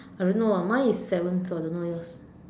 I don't know ah mine is seven so I don't know yours